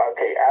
Okay